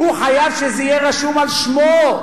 הוא חייב שזה יהיה רשום על שמו.